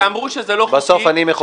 שאמרו שזה לא חוקי -- בסוף אני מחוקק.